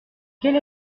quelle